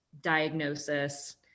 diagnosis